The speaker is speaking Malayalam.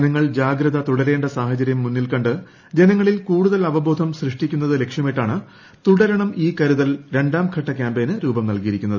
ജനങ്ങൾ ജാഗ്രത തുടരേണ്ട സാഹചര്യം മുന്നിൽക്കണ്ട് ജനങ്ങളിൽ കൂടുതൽ അവബോധം സൃഷ്ടിക്കുന്നത് ലക്ഷ്യമിട്ടാണ് തുടരണം ഈ കരുതൽ രണ്ടാം ഘട്ട കാമ്പയിന് രൂപം നൽകിയിരിക്കുന്നത്